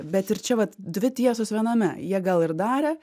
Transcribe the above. bet ir čia vat dvi tiesos viename jie gal ir darė